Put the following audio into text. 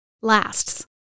lasts